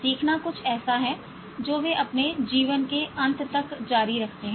सीखना कुछ ऐसा है जो वे अपने जीवन के अंत तक जारी रखते हैं